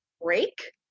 break